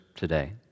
today